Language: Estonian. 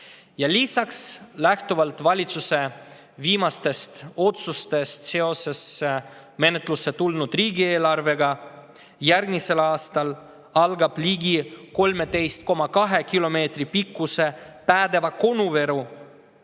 Lisaks, lähtuvalt valitsuse viimastest otsustest seoses menetlusse tulnud riigieelarvega algab järgmisel aastal ligi 13,2 kilomeetri pikkuse Päädeva-Konuvere